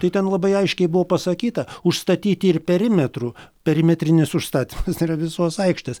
tai ten labai aiškiai buvo pasakyta užstatyti ir perimetru perimetrinis užstatymas yra visos aikštės